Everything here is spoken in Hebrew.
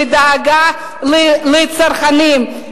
בדאגה לצרכנים.